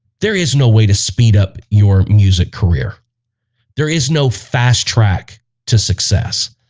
there is no way to speed up your music career there is no fast track to success.